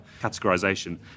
categorization